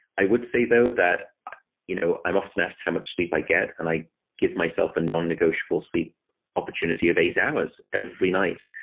i would say though that you know i'm often asked how much sleep i get, and i give myself a and nonnegotiable sleep opportunity of eight hours every night.